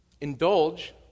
indulge